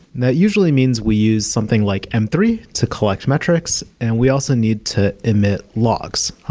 that usually means we use something like m three to collect metrics, and we also need to emit logs,